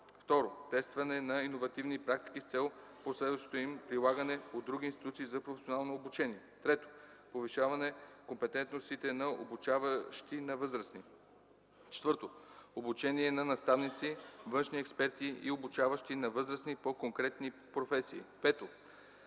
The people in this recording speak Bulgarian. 2. тестване на иновативни практики с цел последващото им прилагане от други институции за професионално обучение; 3. повишаване компетентностите на обучаващи на възрастни; 4. обучение на наставници, външни експерти и обучаващи на възрастни по конкретни професии; 5.